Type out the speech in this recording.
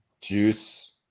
juice